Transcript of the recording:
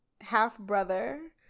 half-brother